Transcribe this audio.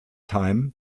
time